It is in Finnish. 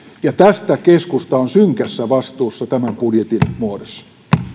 ja tästä keskusta on synkässä vastuussa budjetin muodossa